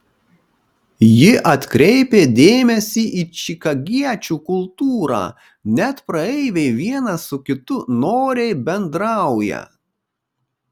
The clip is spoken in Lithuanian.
ji atkreipė dėmesį į čikagiečių kultūrą net praeiviai vienas su kitu noriai bendrauja